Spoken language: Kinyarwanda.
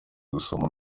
gusoma